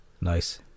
Nice